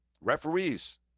referees